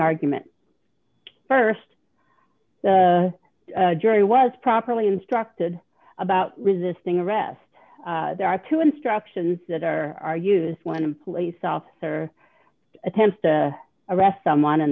argument st the jury was properly instructed about resisting arrest there are two instructions that are used when an police officer attempts to arrest someone in